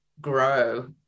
grow